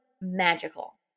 magical